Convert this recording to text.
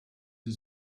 sie